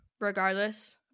regardless